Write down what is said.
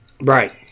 Right